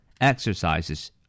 Exercises